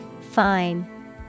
Fine